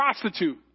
prostitute